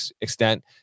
extent